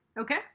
Okay